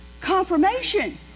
Confirmation